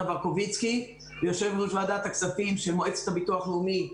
מרקוביצקי ויושב ראש ועדת הכספים של מועצת הביטוח הלאומי,